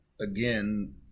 again